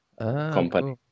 company